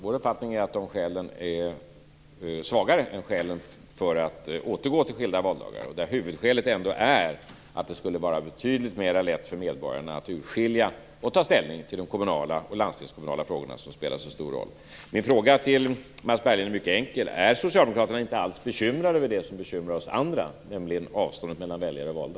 Vår uppfattning är att dessa skäl är svagare än skälen för att återgå till skilda valdagar, och där huvudskälet ändå är att det skulle vara betydligt lättare för medborgarna att urskilja och ta ställning till de kommunala och landstingskommunala frågorna som spelar en så stor roll. Min fråga till Mats Berglind är mycket enkel: Är Socialdemokraterna inte alls bekymrade över det som bekymrar oss andra, nämligen avståndet mellan väljare och valda?